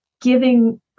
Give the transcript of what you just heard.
giving